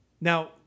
Now